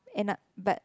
end up but